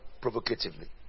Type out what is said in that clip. provocatively